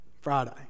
Friday